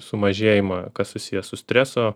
sumažėjimą kas susiję su streso